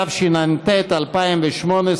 התשע"ט 2018,